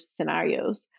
scenarios